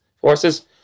forces